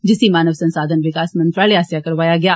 जिसी मानव संसाधन विकास मंत्रालय आस्सेआ करौआया गेआ